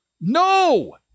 no